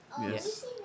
Yes